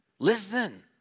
Listen